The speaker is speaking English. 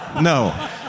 No